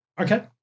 Okay